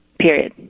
Period